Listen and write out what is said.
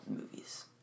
movies